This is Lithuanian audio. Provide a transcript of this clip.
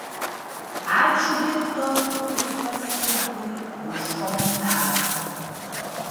ačiū viktorui uspaskichui už komentarą